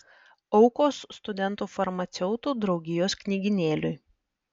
aukos studentų farmaceutų draugijos knygynėliui